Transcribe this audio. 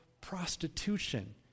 prostitution